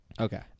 okay